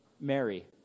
Mary